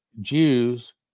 Jews